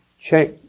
check